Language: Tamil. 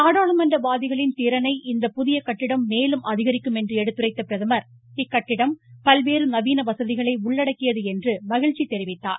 நாடாளுமன்ற வாதிகளின் திறனை இந்த புதிய கட்டிடம் மேலும் அதிகரிக்கும் என்று எடுத்துரைத்த பிரதமர் இக்கட்டிடம் பல்வேறு நவீன வசதிகளை உள்ளடக்கியது என்று மகிழ்ச்சி தெரிவித்தார்